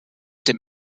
dem